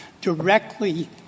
directly